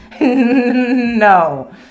No